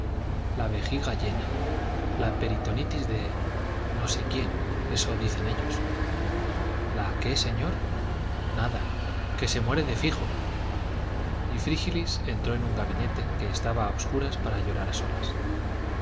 la vejiga llena la peritonitis de no sé quién eso dicen ellos la qué señor nada que se muere de fijo y frígilis entró en un gabinete que estaba a obscuras para llorar a solas